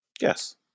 Yes